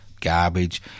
garbage